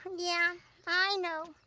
yeah i know.